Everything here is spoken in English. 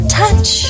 touch